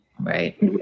Right